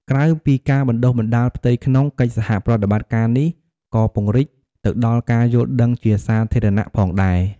ក្រៅពីការបណ្តុះបណ្តាលផ្ទៃក្នុង កិច្ចសហប្រតិបត្តិការនេះក៏ពង្រីកទៅដល់ការយល់ដឹងជាសាធារណៈផងដែរ។